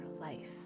life